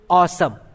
awesome